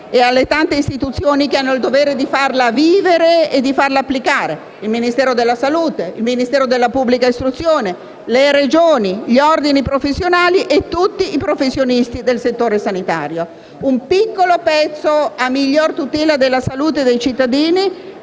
e alle tante istituzioni che hanno il dovere di farla vivere e di farla applicare: il Ministero della salute, il Ministero della pubblica istruzione, le Regioni, gli ordini professionali e tutti i professionisti del settore sanitario. Un piccolo pezzo a miglior tutela della salute dei cittadini